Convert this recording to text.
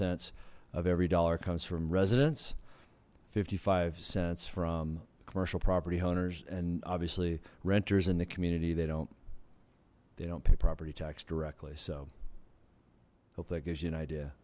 cents of every dollar comes from residents fifty five cents from commercial property owners and obviously renters in the community they don't they don't pay property tax directly so i hope that gives you an idea